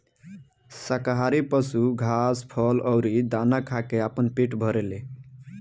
शाकाहारी पशु घास, फल अउरी दाना खा के आपन पेट भरेले